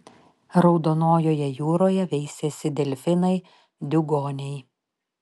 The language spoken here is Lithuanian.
raudonojoje jūroje veisiasi delfinai diugoniai